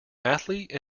athlete